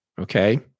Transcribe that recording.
Okay